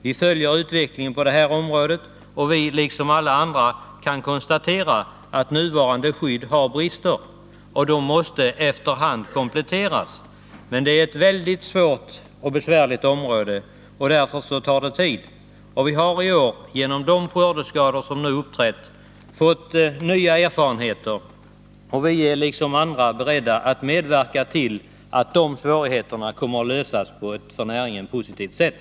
Vi följer utvecklingen på det här området, och vi kan, liksom alla andra, konstatera att nuvarande skydd har brister och efter hand måste kompletteras. Men detta är ett väldigt svårt område, och därför tar det tid. Vi har i år genom de skördeskador som nu uppträtt fått nya erfarenheter, och vi är liksom andra beredda att medverka till att problemen skall lösas på ett för näringen positivt sätt.